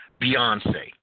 Beyonce